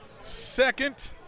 second